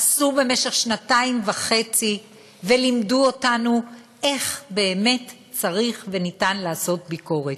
עשו במשך שנתיים וחצי ולימדו אותנו איך באמת צריך ואפשר לעשות ביקורת.